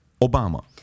Obama